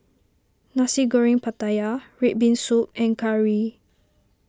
Nasi Goreng Pattaya Red Bean Soup and Curry